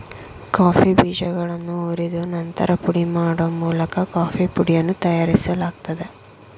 coffee ಬೀಜಗಳನ್ನು ಹುರಿದು ನಂತರ ಪುಡಿ ಮಾಡೋ ಮೂಲಕ ಕಾಫೀ ಪುಡಿಯನ್ನು ತಯಾರಿಸಲಾಗ್ತದೆ